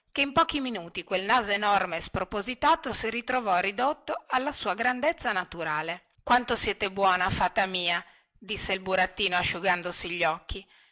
che in pochi minuti quel naso enorme e spropositato si trovò ridotto alla sua grandezza naturale quanto siete buona fata mia disse il burattino asciugandosi gli occhi